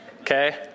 okay